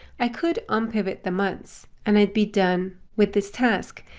i could unpivot the months and i'd be done with this task.